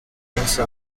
beyonce